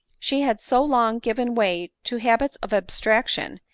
she had so long given way to habits of abstraction,